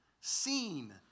seen